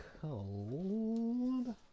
cold